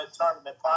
tournament